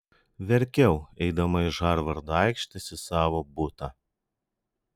verkiau eidama iš harvardo aikštės į savo butą